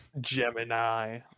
Gemini